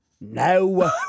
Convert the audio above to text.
no